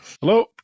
Hello